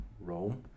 Rome